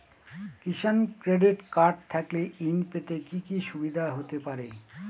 কিষান credit card থাকলে ঋণ পেতে কি কি সুবিধা হতে পারে?